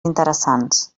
interessants